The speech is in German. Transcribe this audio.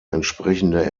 entsprechende